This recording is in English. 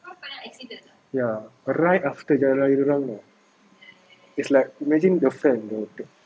ya but right after jalan raya dorang ah it's like imagine your friend your